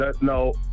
no